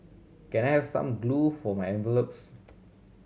can I have some glue for my envelopes